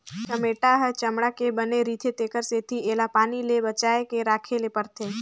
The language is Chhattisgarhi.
चमेटा ह चमड़ा के बने रिथे तेखर सेती एला पानी ले बचाए के राखे ले परथे